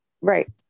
Right